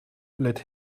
let